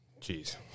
Jeez